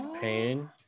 pain